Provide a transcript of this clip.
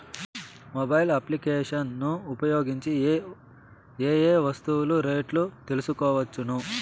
Mobile applications ను ఉపయోగించి ఏ ఏ వస్తువులు రేట్లు తెలుసుకోవచ్చును?